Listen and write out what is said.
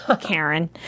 Karen